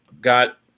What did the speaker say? got